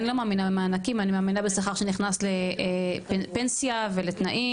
אני לא מאמינה במענקים אני מאמינה בשכר שנכנס לפנסיה ולתנאים,